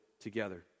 together